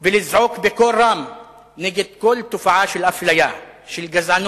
בקול רם נגד כל תופעה של אפליה, של גזענות,